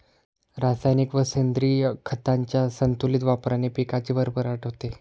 रासायनिक व सेंद्रिय खतांच्या संतुलित वापराने पिकाची भरभराट होते